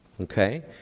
Okay